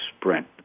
sprint